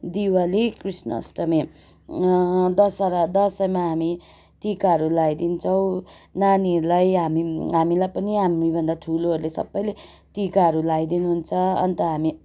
दिवाली कृष्ण अष्टमी दसरा दसैँमा हामी टिकाहरू लाइदिन्छौँ नानीहरूलाई हामी हामीलाई पनि हामी भन्दा ठुलोहरूले सबैले टिकाहरू लाइदिनुहुन्छ अन्त हामी